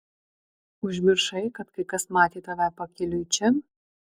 užmiršai kad kai kas matė tave pakeliui į čia